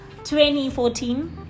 2014